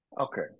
Okay